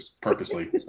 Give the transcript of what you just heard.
purposely